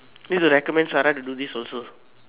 this is a recommend Sarah to do this also